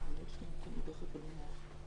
על ידי בעלה אחרי שחוותה אלימות כלכלית קשה,